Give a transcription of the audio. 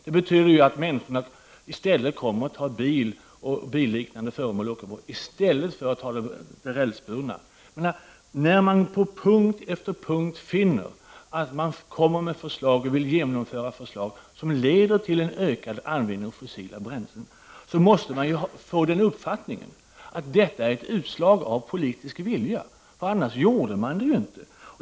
Det betyder ju att människorna kommer att ta bil och billiknande föremål i stället för att ta rälsbundna transportmedel. När vi finner att man på punkt efter punkt vill genomföra förslag som leder till en ökad användning av fossila bränslen måste vi få den uppfattningen att detta är ett utslag av politisk vilja. Annars gjorde man det ju inte.